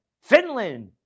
Finland